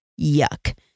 Yuck